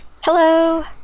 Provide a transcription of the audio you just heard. Hello